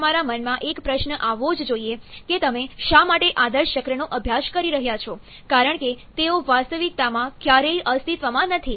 હવે તમારા મનમાં એક પ્રશ્ન આવવો જ જોઈએ કે તમે શા માટે આદર્શ ચક્રનો અભ્યાસ કરી રહ્યાં છો કારણ કે તેઓ વાસ્તવિકતામાં ક્યારેય અસ્તિત્વમાં નથી